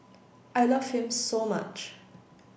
I love him so much